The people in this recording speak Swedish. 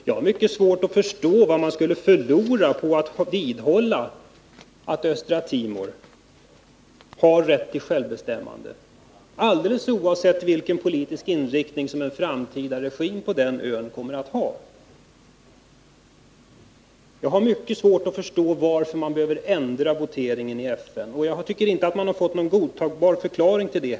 Jag har mycket svårt att förstå vad man skulle förlora på att vidhålla att Östra Timor har rätt till självbestämmande, alldeles oavsett vilken politisk inriktning som en framtida regim på den ön kommer att ha. Jag har mycket svårt att förstå varför man behövde ändra sig vid voteringen i FN. Jag tycker inte heller att vi har fått någon godtagbar förklaring till det.